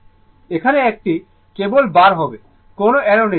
এখানে এটি কেবল বার হবে কোনও অ্যারো নেই